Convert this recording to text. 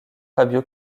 fabio